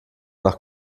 nach